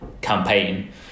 campaign